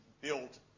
built